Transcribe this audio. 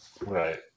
Right